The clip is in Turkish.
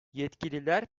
yetkililer